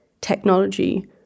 technology